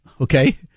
Okay